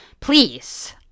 Please